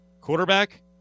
quarterback